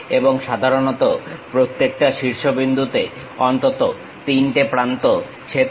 এবং সাধারণত প্রত্যেকটা শীর্ষবিন্দুতে অন্তত 3টে প্রান্ত ছেদ করে